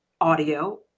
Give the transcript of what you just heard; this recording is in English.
audio